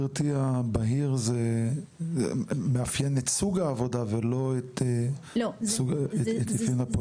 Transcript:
הבהיר זה מאפיין את סוג העבודה ולא את סוג הפונה.